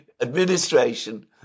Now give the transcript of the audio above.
administration